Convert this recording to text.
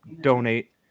donate